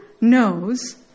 knows